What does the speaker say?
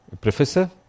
professor